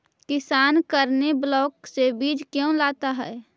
किसान करने ब्लाक से बीज क्यों लाता है?